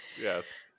Yes